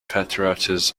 patriarchs